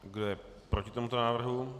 Kdo je proti tomuto návrhu?